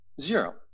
zero